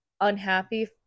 unhappy